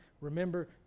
remember